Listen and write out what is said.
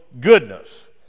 goodness